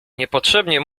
niepotrzebnie